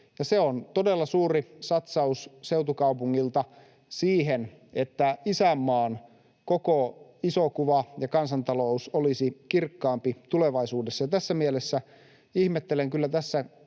Se on todella suuri satsaus seutukaupungilta siihen, että isänmaan koko iso kuva ja kansantalous olisi kirkkaampi tulevaisuudessa. Tässä mielessä ihmettelen kyllä tässä